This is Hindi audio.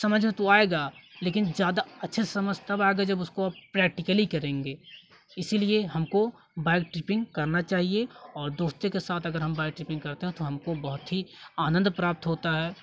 समझ में तो आएगा लेकिन ज़्यादा अच्छे से समझ तब आएगा जब उसको आप प्रैक्टिकली करेंगे इसीलिए हमको बाइक ट्रिपिंग करना चाहिए और दोस्तों के साथ अगर हम बाइक ट्रिपिंग करते हैं तो हमको बहुत ही आनंद प्राप्त होता है